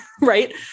right